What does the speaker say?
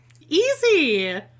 Easy